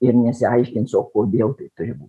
ir nesiaiškins o kodėl taip turi būt